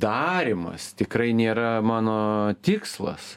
darymas tikrai nėra mano tikslas